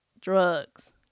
drugs